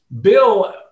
Bill